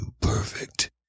perfect